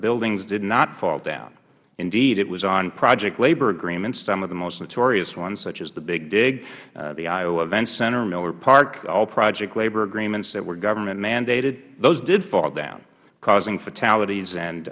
buildings did not fall down indeed it was on project labor agreements some of the most notorious ones such as the big dig the iowa events center miller park all project labor agreements that were government mandated those did fall down causing fatalities